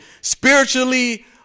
spiritually